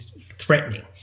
threatening